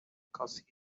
because